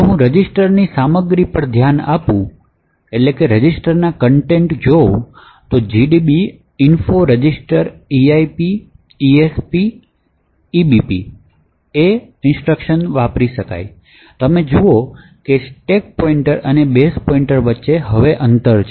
જો હું રજિસ્ટરની સામગ્રી પર ધ્યાન આપું છું gdb info registers eip esp ebp તમે જુઓ કે સ્ટેક પોઇન્ટર અને બેઝ વચ્ચે અંતર છે